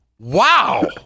Wow